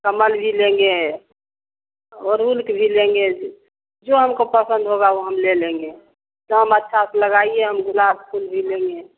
कमल भी लेंगे अड़हुल के भी लेंगे जो हमको पसंद होगा हम ले लेंगे दाम अच्छा से लगाइए हम गुलाब फूल भी लेंगे